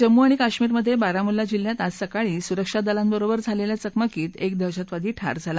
जम्मू आणि काश्मीर मधे बारामुल्ला जिल्ह्यात आज सकाळी सुरक्षा दलांबरोबर झालेल्या चकमकीत एक दहशतवादी ठार झाला